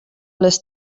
les